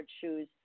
shoes